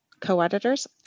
co-editors